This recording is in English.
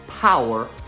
power